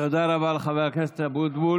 תודה רבה לחבר הכנסת אבוטבול.